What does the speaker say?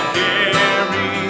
carry